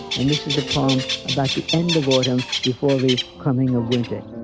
and this is the poem about the end of autumn before the coming of winter.